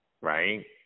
Right